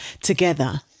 together